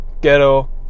ghetto